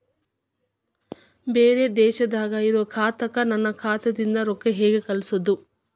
ಬ್ಯಾರೆ ದೇಶದಾಗ ಇರೋ ಖಾತಾಕ್ಕ ನನ್ನ ಖಾತಾದಿಂದ ರೊಕ್ಕ ಹೆಂಗ್ ಕಳಸೋದು?